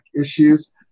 issues